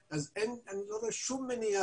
אני הראשונה שנולדה